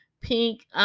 pink